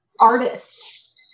artist